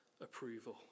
approval